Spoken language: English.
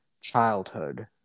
childhood